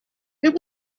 there